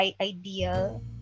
Ideal